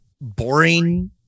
boring